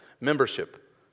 Membership